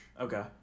Okay